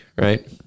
right